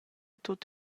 tut